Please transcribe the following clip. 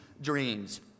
dreams